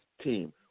team